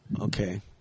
Okay